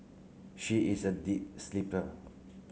she is a deep sleeper